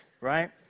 Right